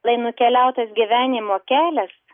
lai nukeliautas gyvenimo kelias